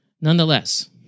Nonetheless